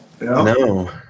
No